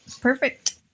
Perfect